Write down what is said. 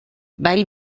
weil